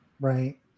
Right